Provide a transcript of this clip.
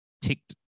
ticked